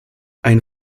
ein